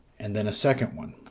and then a second one.